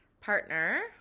partner